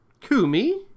Kumi